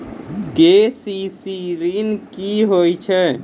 KCC ॠन की होय छै?